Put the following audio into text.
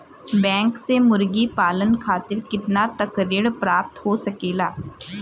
Bank से मुर्गी पालन खातिर कितना तक ऋण प्राप्त हो सकेला?